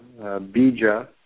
bija